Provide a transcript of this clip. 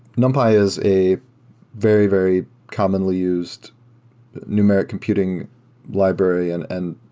numpy is a very, very commonly used numeric computing library and and